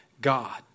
God